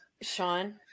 Sean